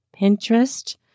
Pinterest